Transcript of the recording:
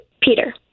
Peter